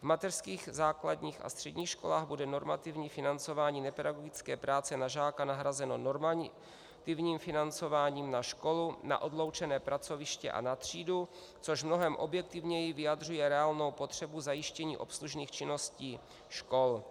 V mateřských, základních a středních školách bude normativní financování nepedagogické práce na žáka nahrazeno normálním financováním na školu, na odloučené pracoviště a na třídu, což mnohem objektivněji vyjadřuje reálnou potřebu zajištění obslužných činností škol.